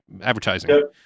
advertising